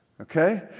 Okay